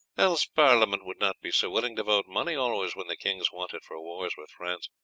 else parliament would not be so willing to vote money always when the kings want it for wars with france.